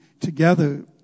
together